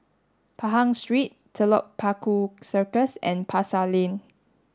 Pahang Street Telok Paku Circus and Pasar Lane